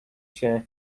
się